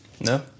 No